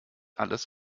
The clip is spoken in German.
alles